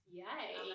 yay